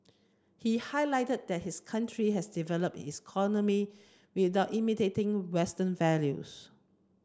he highlighted that his country had developed its economy without imitating western values